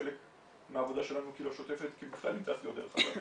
חלק מהעבודה שלנו השופטת כי בכלל עם תעשיות דרך אגב,